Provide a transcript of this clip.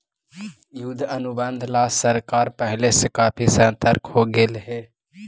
युद्ध अनुबंध ला सरकार पहले से काफी सतर्क हो गेलई हे